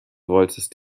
wolltest